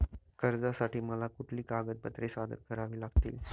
कर्जासाठी मला कुठली कागदपत्रे सादर करावी लागतील?